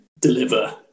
deliver